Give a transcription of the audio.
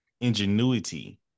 ingenuity